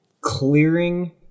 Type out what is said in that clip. clearing